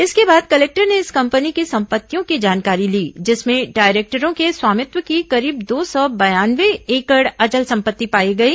इसके बाद कलेक्टर ने इस कंपनी की सम्पत्तियों की जानकारी ली जिसमें डायरेक्टरों के स्वामित्व की करीब दो सौ बयानये एकड़ अचल सम्पत्ति पाई गई